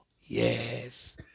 yes